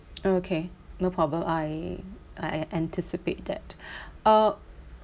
okay no problem I I an~ anticipate that uh